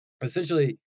essentially